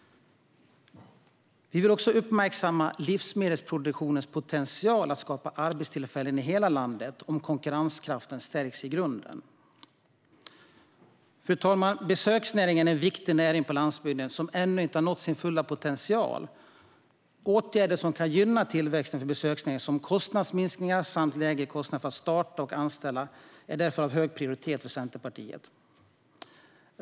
Vi vill också uppmärksamma livsmedelsproduktionens potential att skapa arbetstillfällen i hela landet om konkurrenskraften stärks i grunden. Fru talman! Besöksnäringen är en viktig näring på landsbygden som ännu inte har nått sin fulla potential. Åtgärder som kan gynna tillväxt för besöksnäringen, som kostnadsminskningar samt lägre kostnader för att starta företag och att anställa, är därför av hög prioritet för Centerpartiet.